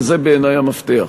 וזה בעיני המפתח,